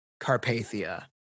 Carpathia